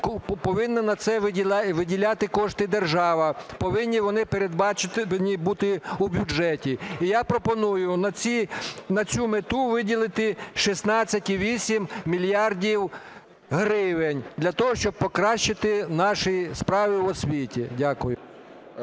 повинна на це виділяти кошти держава, повинні вони передбачувані бути у бюджеті. І я пропоную на цю мету виділити 16,8 мільярда гривень для того, щоб покращити наші справи в освіті. Дякую.